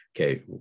okay